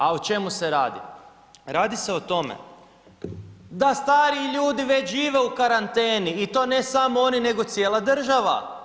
A o čemu se radi, radi se o tome da stariji ljudi već žive u karanteni i to ne samo oni nego cijela država.